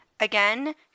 Again